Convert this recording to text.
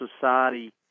society